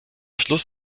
schluss